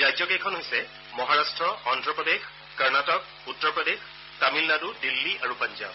ৰাজ্যকেইখন হৈছে মহাৰট্ট অন্ধপ্ৰদেশ কৰ্ণাটক উত্তৰ প্ৰদেশ তামিলনাডু দিল্লী আৰু পাঞ্জাৱ